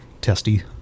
Testy